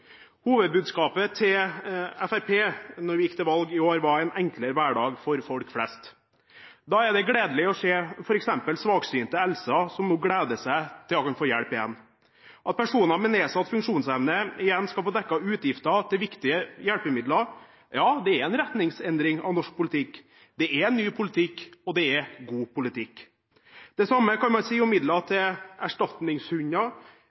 Hovedbudskapet til Fremskrittspartiet da vi gikk til valg i år, var «En enklere hverdag for folk flest». Da er det gledelig å se f.eks. svaksynte Elsa som nå gleder seg til å kunne få hjelp igjen, og at personer med nedsatt funksjonsevne igjen skal få dekket utgifter til viktige hjelpemidler. Ja, det er en retningsendring av norsk politikk, det er en ny politikk, og det er god politikk. Det samme kan man si om midler